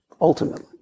Ultimately